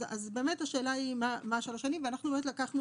אז באמת השאלה היא מה שלוש שנים ואנחנו באמת לקחנו